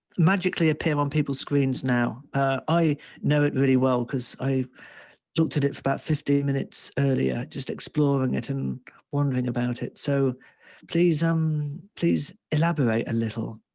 magically appear on people's screens now. i know it really well because i looked at it for about fifteen minutes earlier, just exploring it and wondering about it. so please, um please elaborate a little,